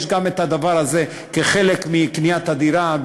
גם זה חלק מקניית הדירה,